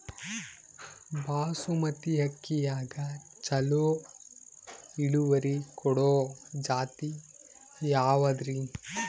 ಬಾಸಮತಿ ಅಕ್ಕಿಯಾಗ ಚಲೋ ಇಳುವರಿ ಕೊಡೊ ಜಾತಿ ಯಾವಾದ್ರಿ?